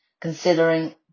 considering